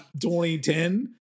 2010